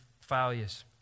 failures